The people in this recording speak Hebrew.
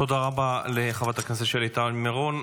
תודה רבה לחברת הכנסת שלי טל מירון.